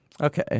Okay